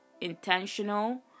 Intentional